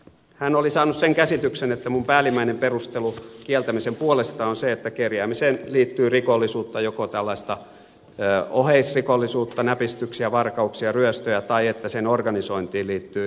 hän oli saanut sen käsityksen että minun päällimmäinen perusteluni kieltämisen puolesta on se että kerjäämiseen liittyy rikollisuutta joko tällaista oheisrikollisuutta näpistyksiä varkauksia ryöstöjä tai kerjäämisen organisointiin liittyvää ihmiskaupanomaista rikollisuutta